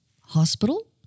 hospital